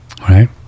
right